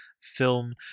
film